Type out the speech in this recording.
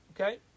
Okay